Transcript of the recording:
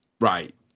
Right